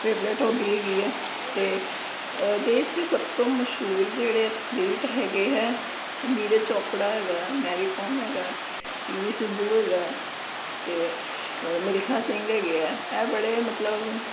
favourite hobby ਹੈਗੀ ਆ ਅਤੇ ਦੇਸ਼ ਦੇ ਸਭ ਤੋਂ ਮਸ਼ਹੂਰ ਜਿਹੜੇ ਐਥਲੀਟ ਹੈਗੇ ਹੈ ਉਹ ਨੀਰਜ ਚੌਪੜਾ ਹੈਗਾ ਮੈਰੀ ਕੌਮ ਹੈਗਾ ਪੀ ਵੀ ਸਿੱਧੂ ਹੈਗਾ ਅਤੇ ਮਿਲਖਾ ਸਿੰਘ ਹੈਗੇ ਆ ਇਹ ਬੜੇ ਮਤਲਬ